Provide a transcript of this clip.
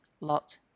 lot